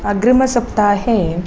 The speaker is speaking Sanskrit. अग्रिमसप्ताहे